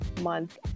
month